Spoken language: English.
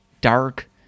dark